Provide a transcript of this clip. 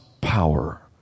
power